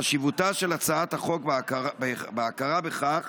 חשיבותה של הצעת החוק בהכרה בכך